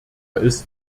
ist